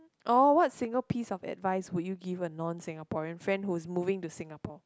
oh what single piece of advice would you give a non Singaporean friend who's moving to Singapore